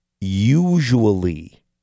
usually